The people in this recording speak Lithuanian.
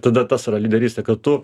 tada tas yra lyderystė kad tu